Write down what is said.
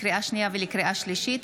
לקריאה שנייה ולקריאה שלישית,